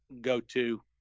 go-to